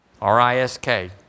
R-I-S-K